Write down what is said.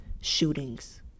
shootings